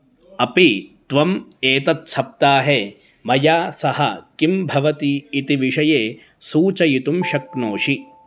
अपि त्वम् एतत् सप्ताहे मया सह किं भवति इति विषये सूचयितुं शक्नोषि